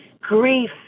grief